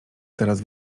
teraz